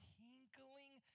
tinkling